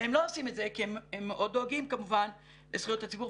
והם לא עושים את זה כי הם מאוד דואגים כמובן לזכויות הציבור,